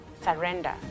surrender